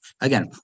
again